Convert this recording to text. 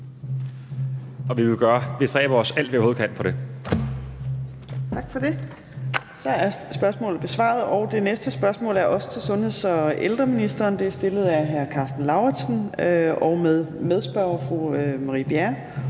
15:57 Fjerde næstformand (Trine Torp): Tak for det. Så er spørgsmålet besvaret. Det næste spørgsmål er også til sundheds- og ældreministeren. Det er stillet af hr. Karsten Lauritzen, og medspørger er fru Marie Bjerre.